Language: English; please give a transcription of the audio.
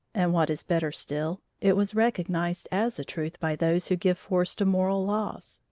and what is better still, it was recognized as a truth by those who give force to moral laws.